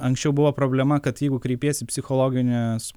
anksčiau buvo problema kad jeigu kreipiesi psichologinės